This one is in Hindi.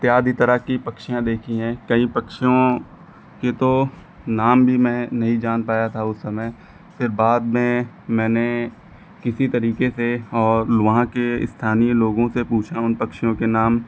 इत्यादि तरह की पक्षियाँ देखी हैं कई पक्षियों के तो नाम भी मैं नही जान पाया था मैं उस समय फ़िर बाद में मैंने किसी तरीके से और वहाँ के स्थानीय लोगों से पूछा उन पक्षियों के नाम